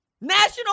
National